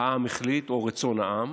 "העם החליט" או "רצון העם",